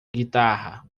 guitarra